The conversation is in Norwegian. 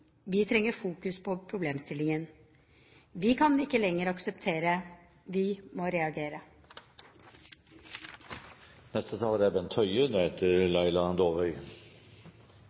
vi, vi trenger fokus på problemstillingen. Vi kan ikke lenger akseptere, vi må